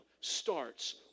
starts